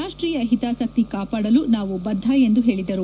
ರಾಷ್ಟೀಯ ಹಿತಾಸಕ್ತಿ ಕಾಪಾಡಲು ನಾವು ಬದ್ದ ಎಂದು ಹೇಳಿದರು